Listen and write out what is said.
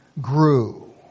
grew